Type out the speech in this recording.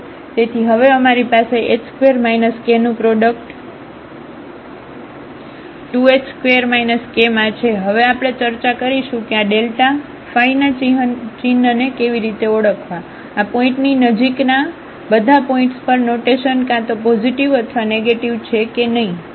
તેથી હવે અમારી પાસે h2 k નું પ્રોડક્ટ 2h2 k માં છે હવે આપણે ચર્ચા કરીશું કે આ ડેલ્ટા phi ના ચિહ્નને કેવી રીતે ઓળખવા આ પોઇન્ટની નજીકના બધા પોઇન્ટ્સ પર નોટેશન કાં તો પોઝિટિવ અથવા નેગેટીવ છે કે નહીં